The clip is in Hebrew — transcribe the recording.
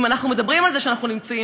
אם אנחנו מדברים על זה שאנחנו נמצאים